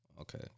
Okay